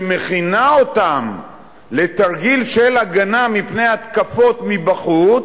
שמכינה אותם לתרגיל של הגנה מפני התקפות מבחוץ,